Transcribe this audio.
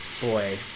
Boy